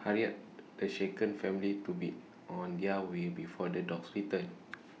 hurried the shaken family to be on their way before the dogs return